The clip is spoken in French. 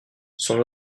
sont